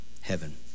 heaven